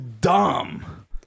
dumb